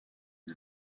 une